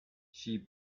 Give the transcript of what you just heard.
she